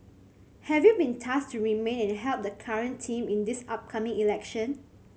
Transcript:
have you been tasked to remain and help the current team in this upcoming election